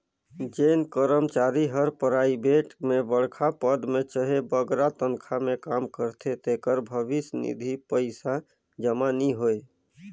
जेन करमचारी हर पराइबेट में बड़खा पद में चहे बगरा तनखा में काम करथे तेकर भविस निधि पइसा जमा नी होए